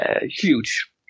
huge